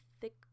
thick